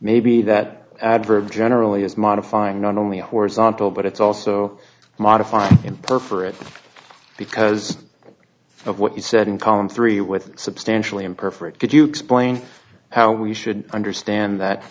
maybe that adverb generally is modifying not only horizontal but it's also modified in perth for it because of what you said in column three with substantially imperfect could you explain how we should understand that